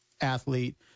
athlete